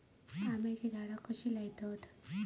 आम्याची झाडा कशी लयतत?